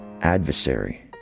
adversary